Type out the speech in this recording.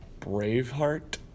Braveheart